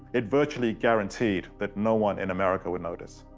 it virtually guaranteed that no one in america would notice.